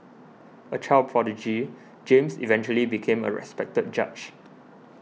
a child prodigy James eventually became a respected judge